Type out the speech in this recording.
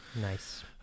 nice